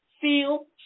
feel